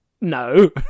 no